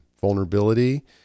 vulnerability